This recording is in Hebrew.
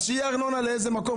אז שיהיה ארנונה לאיזה מקום,